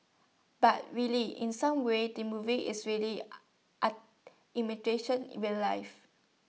but really in some ways the movie is really A art imitation real life